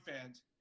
fans